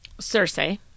Cersei